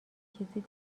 چیزی